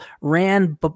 ran